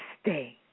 stay